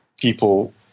people